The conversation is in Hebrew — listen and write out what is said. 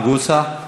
אברהם נגוסה.